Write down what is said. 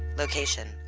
location,